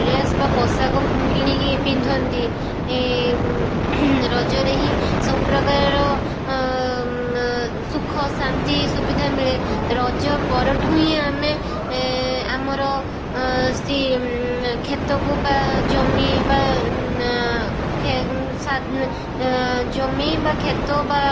dress ବା ପୋଷାକ କିଣିକି ପିନ୍ଧନ୍ତି ରଜରେ ହିଁ ସବୁ ପ୍ରକାରର ସୁଖ ଶାନ୍ତି ସୁବିଧା ମିଳେ ରଜ ପର ଠୁ ହିଁ ଆମେ ଆମର ସେ ଖେତକୁ ବା ଜମି ବା ଖେ ସା ଜମି ବା ଖେତ ବା